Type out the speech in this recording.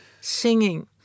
singing